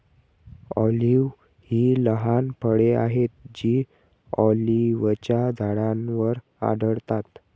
olive ही लहान फळे आहेत जी ऑलिव्हच्या झाडांवर वाढतात